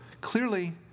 clearly